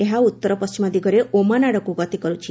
ଏହା ଉତ୍ତର ପଣ୍ଠିମ ଦିଗରେ ଓମାନ ଆଡ଼କୁ ଗତି କର୍ରଛି